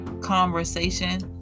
conversation